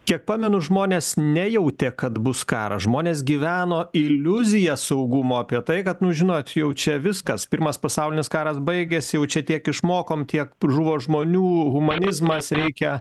kiek pamenu žmonės nejautė kad bus karas žmonės gyveno iliuzija saugumo apie tai kad nu žinot jau čia viskas pirmas pasaulinis karas baigėsi jau čia tiek išmokom tiek žuvo žmonių humanizmas reikia